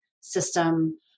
system